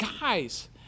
guys